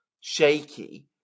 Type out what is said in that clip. shaky